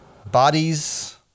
bodies